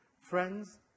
Friends